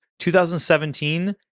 2017